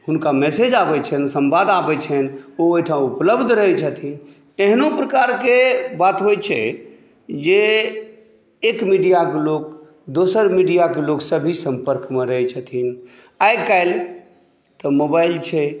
हुनका मैसेज आबै छनि सम्बाद आबै छनि ओ ओहि ठाँ उपलब्ध रहै छथिन एहनो प्रकारके बात होइ छै जे एक मीडियाके लोक दोसर मीडियाके लोक से भी सम्पर्कमे रहै छथिन आइ काल्हि तऽ मोबाइल छै